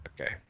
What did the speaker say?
Okay